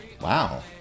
Wow